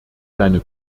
seine